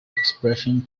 expression